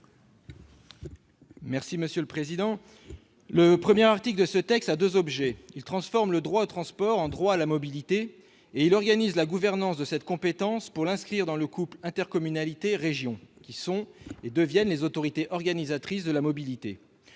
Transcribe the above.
Gontard, sur l'article. L'article 1 de ce texte a deux objets. Il transforme le droit au transport en droit à la mobilité, et il organise la gouvernance de cette compétence pour l'inscrire dans le couple formé par l'intercommunalité et la région, qui deviennent les autorités organisatrices de la mobilité.